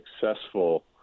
successful